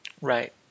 Right